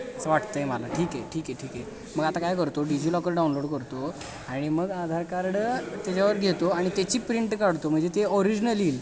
असं वाटतं आहे मला ठीक आहे ठीक आहे ठीक आहे मग आता काय करतो डिजीलॉकर डाउनलोड करतो आणि मग आधार कार्ड त्याच्यावर घेतो आणि त्याची प्रिंट काढतो म्हणजे ते ओरिजिनल येईल